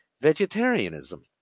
vegetarianism